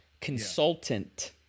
consultant